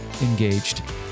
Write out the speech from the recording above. engaged